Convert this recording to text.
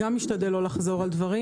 אני גם אשתדל לא לחזור על דברים.